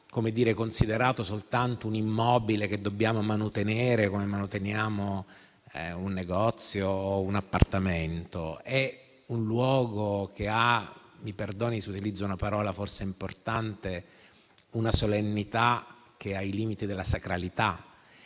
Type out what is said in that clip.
non sia considerato soltanto un immobile che dobbiamo manutenere, come manuteniamo un negozio o un appartamento: è un luogo che ha - mi perdoni se utilizzo una parola forse importante - una solennità che è ai limiti della sacralità.